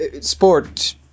sport